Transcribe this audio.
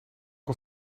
een